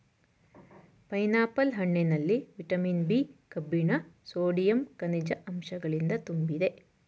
pineapple ಹಣ್ಣಿನಲ್ಲಿ vitamin B, ಕಬ್ಬಿಣ sodium, ಕನಿಜ ಅಂಶಗಳಿಂದ ತುಂಬಿದೆ